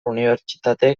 unibertsitate